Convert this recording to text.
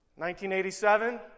1987